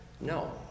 No